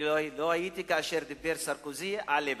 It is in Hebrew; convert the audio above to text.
אני לא הייתי כאשר דיבר סרקוזי על ליברמן.